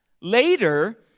Later